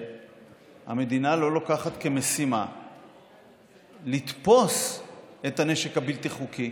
שהמדינה לא לוקחת כמשימה לתפוס את הנשק הבלתי-חוקי,